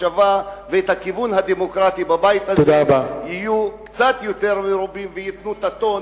המחשבה והכיוון הדמוקרטי בבית הזה יהיו קצת יותר מרובים וייתנו את הטון,